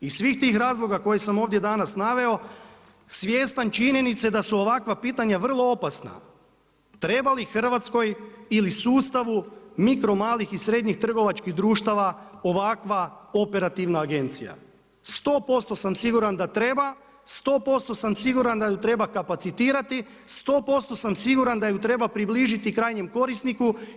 Iz svih tih razloga koje sam ovdje danas naveo, svjestan činjenice da su ovakva pitanja vrlo opasna treba li Hrvatskoj ili sustavu mikro, malih i srednjih trgovačkih društava ovakva operativna agencija, 100% sam siguran da treba, 100% sam siguran da ju treba kapacitirati, 100% sam siguran da ju treba približiti krajnjem korisniku.